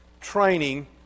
training